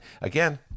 again